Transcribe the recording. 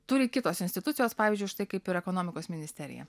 turi kitos institucijos pavyzdžiui štai kaip ir ekonomikos ministerija